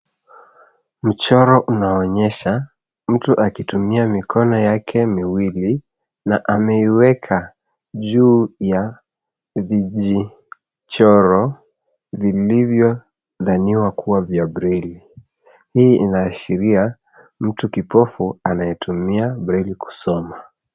Mchoro unaonyesha mtu akitumia mikono yake miwili na ameiweka juu ya vijichoro vilivyodhaniwa kua vya braili hii inaashiria mtu kiofu anayetumia braili kusoma.